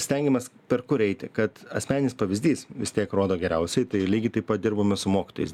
stengiamės per kur eiti kad asmeninis pavyzdys vis tiek rodo geriausiai tai lygiai taip pat dirbame su mokytojais